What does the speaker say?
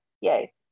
yay